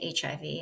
HIV